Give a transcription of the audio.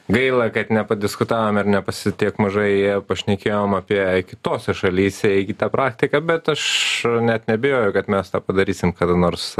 gaila kad nepadiskutavom ir nepasi tiek mažai pašnekėjom apie kitose šalyse įgytą praktiką bet aš net neabejoju kad mes tą padarysim kada nors